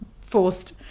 forced